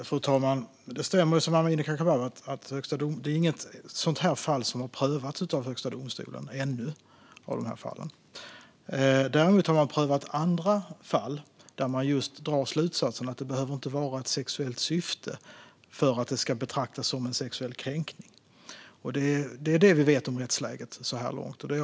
Fru talman! Det stämmer, som Amineh Kakabaveh säger, att inget av de här fallen ännu har prövats av Högsta domstolen. Däremot har man prövat andra fall där man dragit slutsatsen att det inte behöver vara ett sexuellt syfte för att det ska betraktas som en sexuell kränkning. Det är det vi vet om rättsläget så här långt.